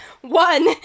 One